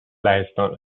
لهستان